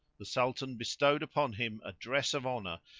the sultan bestowed upon him a dress of honour,